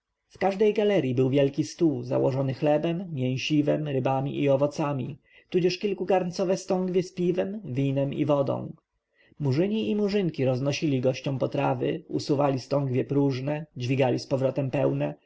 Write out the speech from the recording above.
każdej galerji był wielki stół założony chlebem mięsiwem rybami i owocami tudzież kilkugarncowe stągwie z piwem winem i wodą murzyni i murzynki roznosili gościom potrawy usuwali stągwie próżne dźwigali z piwnic pełne